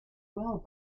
well